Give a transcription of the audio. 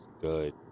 good